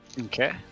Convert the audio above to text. Okay